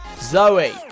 Zoe